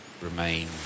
remain